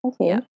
Okay